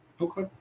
Okay